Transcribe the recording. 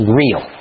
real